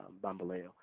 Bambaleo